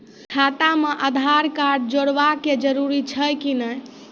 खाता म आधार कार्ड जोड़वा के जरूरी छै कि नैय?